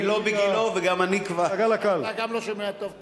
אני לא בגילו, וגם אני כבר, גם אתה לא שומע טוב.